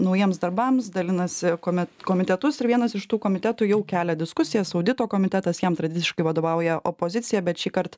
naujiems darbams dalinasi kuomet komitetus ir vienas iš tų komitetų jau kelia diskusijas audito komitetas jam tradiškai vadovauja opozicija bet šįkart